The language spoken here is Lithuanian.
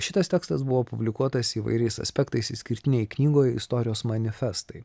šitas tekstas buvo publikuotas įvairiais aspektais išskirtinėj knygoj istorijos manifestai